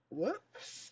Whoops